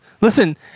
listen